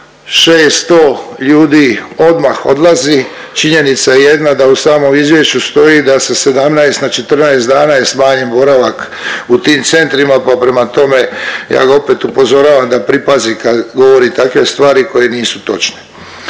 600 ljudi odmah odlazi, činjenica je jedna da u samom izvješću stoji da sa 17 na 14 dana je smanjen boravak u tim centrima, pa prema tome ja ga opet upozoravam da pripazi kad govori takve stvari koje nisu točne.